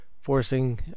forcing